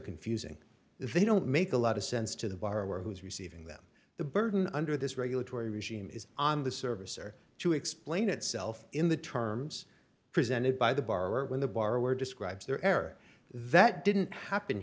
confusing they don't make a lot of sense to the borrower who is receiving them the burden under this regulatory regime is on the service or to explain itself in the terms presented by the bar when the borrower describes their error that didn't happen